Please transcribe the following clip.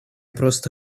просто